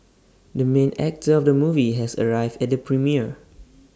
the main actor of the movie has arrived at the premiere